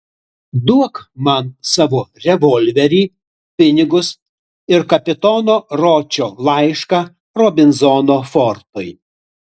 duok man savo revolverį pinigus ir kapitono ročo laišką robinzono fortui